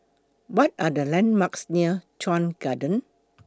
What Are The landmarks near Chuan Garden